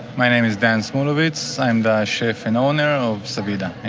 my name is dan smulovitz. i'm the chef and owner of savida,